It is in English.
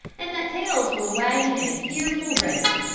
and that tails were wagging at a fearful rate.